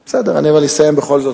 בסדר, אבל אני אסיים בכל זאת.